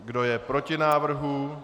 Kdo je proti návrhu?